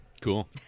Cool